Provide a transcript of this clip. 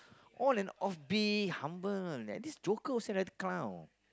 all and off be humble that this joker will say like a clown